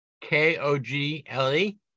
K-O-G-L-E